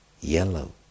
yellow